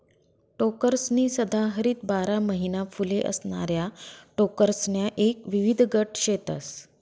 टोकरसनी सदाहरित बारा महिना फुले असणाऱ्या टोकरसण्या एक विविध गट शेतस